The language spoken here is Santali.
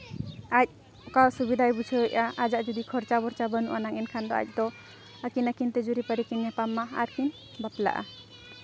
ᱟᱡ ᱚᱠᱟ ᱥᱩᱵᱤᱫᱷᱟᱭ ᱵᱩᱡᱷᱟᱹᱣᱮᱫᱼᱟ ᱟᱡᱟᱜ ᱡᱩᱫᱤ ᱠᱷᱚᱨᱪᱟᱼᱵᱚᱨᱪᱟ ᱵᱟᱹᱱᱩᱜ ᱟᱱᱟᱝ ᱮᱱᱠᱷᱟᱱ ᱫᱚ ᱟᱡ ᱫᱚ ᱟᱹᱠᱤᱱ ᱟᱹᱠᱤᱱ ᱛᱮ ᱡᱩᱨᱤ ᱯᱟᱹᱨᱤ ᱠᱤᱱ ᱧᱟᱯᱟᱢᱟ ᱟᱨ ᱠᱤᱱ ᱵᱟᱯᱞᱟᱜᱼᱟ